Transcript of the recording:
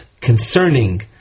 concerning